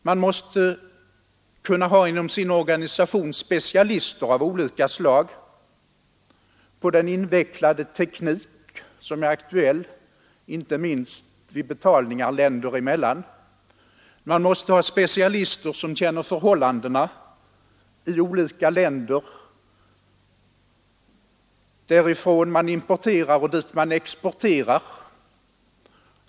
Man måste kunna inom sin organisation ha specialister av olika slag på den invecklade teknik som är aktuell inte minst vid betalningar länder emellan. Man måste ha specialister som känner förhållandena i olika länder därifrån man importerar och dit man exporterar.